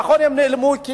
נכון, הם נעלמו כי